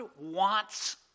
wants